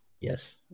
yes